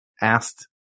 asked